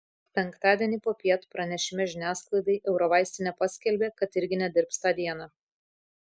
penktadienį popiet pranešime žiniasklaidai eurovaistinė paskelbė kad irgi nedirbs tą dieną